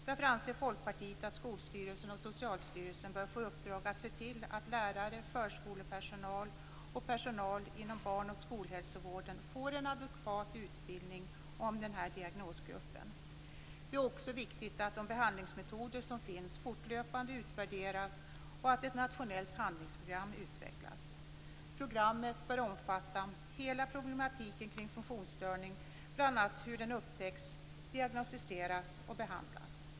Därför anser Folkpartiet att Skolstyrelsen och Socialstyrelsen bör få i uppdrag att se till att lärare, förskolepersonal och personal inom barn och skolhälsovården får en adekvat utbildning om denna diagnosgrupp. Det är också viktigt att de behandlingsmetoder som finns fortlöpande utvärderas och att ett nationellt handlingsprogram utvecklas. Programmet bör omfatta hela problematiken kring funktionsstörningen, bl.a. hur den upptäcks, diagnostiseras och behandlas.